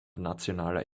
nationaler